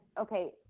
okay